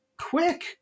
quick